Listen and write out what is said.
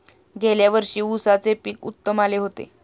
गेल्या वर्षी उसाचे पीक उत्तम आले होते